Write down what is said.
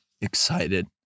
excited